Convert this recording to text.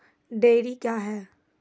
Dairy क्या हैं?